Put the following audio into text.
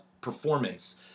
performance